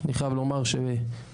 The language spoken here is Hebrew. אני חייב לומר שלראייתי,